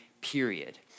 period